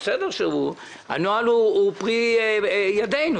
הנוהל הוא פרי תכנון שלנו,